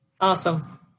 Awesome